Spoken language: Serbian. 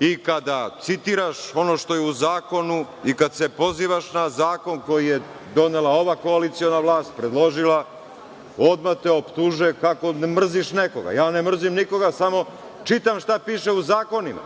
i kada citiraš ono što je u zakonu i kada se pozivaš na zakon koji je donela ova koaliciona vlast, predložila, odmah te optuže kako mrziš nekog. Ja ne mrzim nikoga, samo čitam šta piše u zakonima.